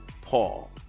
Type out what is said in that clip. Paul